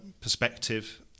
perspective